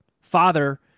father